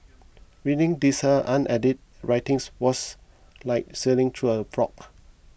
reading Lisa unedited writings was like sailing through a fog